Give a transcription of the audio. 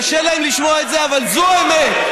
קשה להם לשמוע את זה, אבל זו האמת.